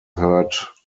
heard